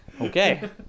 Okay